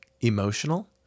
emotional